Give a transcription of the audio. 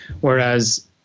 Whereas